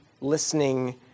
listening